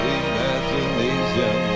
imagination